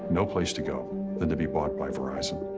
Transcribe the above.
no place to go than to be bought by verizon.